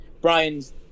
Brian's